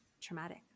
traumatic